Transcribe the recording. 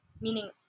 meaning